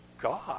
God